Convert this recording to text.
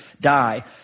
die